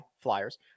Flyers